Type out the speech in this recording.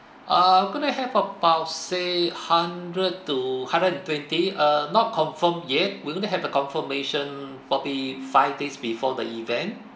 ah going to have about say hundred to hundred and twenty uh not confirm yet we're going to have a confirmation probably five days before the event